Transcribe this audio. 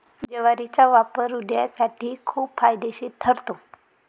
ज्वारीचा वापर हृदयासाठी खूप फायदेशीर ठरतो